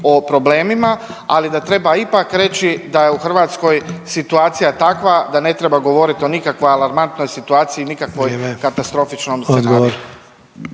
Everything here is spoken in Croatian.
o problemima ali da treba ipak reći da je u Hrvatskoj situacija takva da ne treba govoriti o nikakvoj alarmantnoj situaciji i nikakvoj …/Upadica: